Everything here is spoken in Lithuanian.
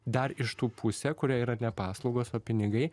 dar iš tų pusė kurie yra ne paslaugos o pinigai